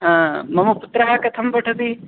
हा मम पुत्रः कथं पठति